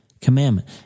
commandment